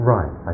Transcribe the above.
Right